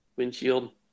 windshield